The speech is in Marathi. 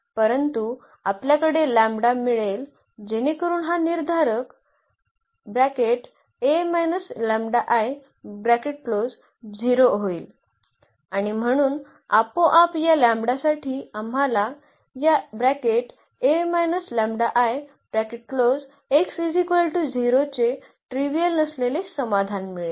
परंतु आपल्याकडे लॅम्बडा मिळेल जेणेकरुन हा निर्धारक 0 होईल आणि म्हणून आपोआप या लॅम्बडासाठी आम्हाला या चे ट्रीवियल नसलेले समाधान मिळेल